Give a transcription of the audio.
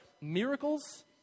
miracles